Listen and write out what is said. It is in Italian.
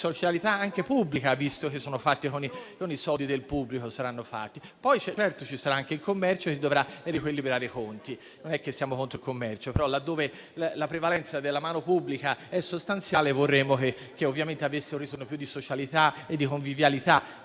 anche pubblica, visto che sono fatti con soldi pubblici. Poi certamente ci sarà anche il commercio che dovrà riequilibrare i conti. Non siamo contro il commercio ma, laddove la prevalenza della mano pubblica è sostanziale, vorremmo che ci fosse un ritorno più in termini di socialità e di convivialità,